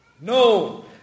No